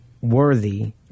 worthy